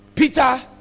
Peter